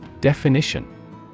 Definition